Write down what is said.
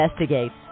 Investigates